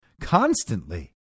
constantly